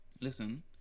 listen